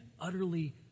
utterly